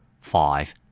Five